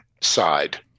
side